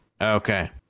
Okay